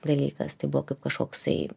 dalykas tai buvo kaip kažkoksai